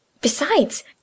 Besides